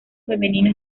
femenino